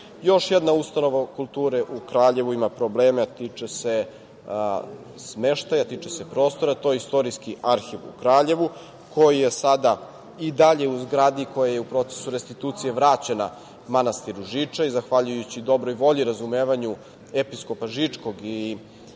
jedna ustanova kulture u Kraljevu ima probleme, a tiče se smeštaja, tiče se prostora. To je Istorijski arhiv u Kraljevu, koji je sada i dalje u zgradi koja je u procesu restitucije vraćena manastiru Žiča i, zahvaljujući dobroj volji i razumevanju episkopa Žičkog i